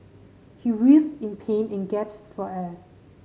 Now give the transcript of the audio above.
he writhed in pain and gasped for air